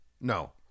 No